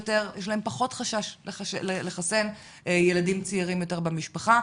יותר יש פחות חשש לחסן ילדים צעירים יותר במשפחה.